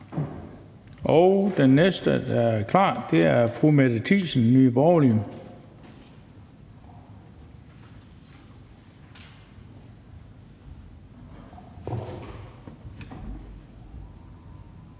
Den næste, der er klar, er fru Mette Thiesen, Nye Borgerlige.